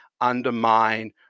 undermine